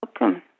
Welcome